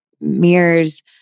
mirrors